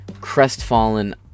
crestfallen